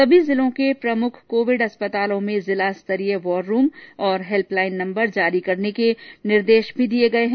सभी जिलों के प्रमुख कोविड अस्पतालों में जिला स्तरीय वॉर रूम और हैल्पलाईन नम्बर जारी करने के भी निर्देश दिये गये हैं